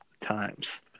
times